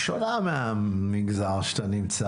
שפועלת לשילוב ושוויון בין יהודים וערבים.